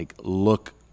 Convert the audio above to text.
look